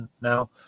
now